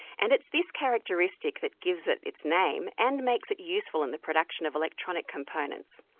and it's this characteristic that gives it its name and makes it useful in the production of electronic components.